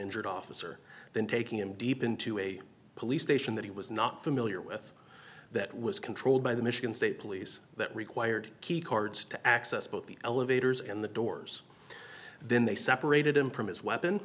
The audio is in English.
injured officer then taking him deep into a police station that he was not familiar with that was controlled by the michigan state police that required keycards to access both the elevators and the doors then they separated him from his weapon